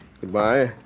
Goodbye